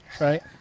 right